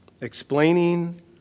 explaining